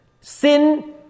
Sin